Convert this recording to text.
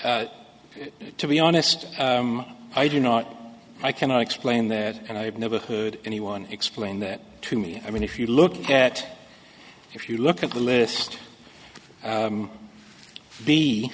one to be honest i do not i cannot explain that and i have never heard anyone explain that to me i mean if you look at if you look at the list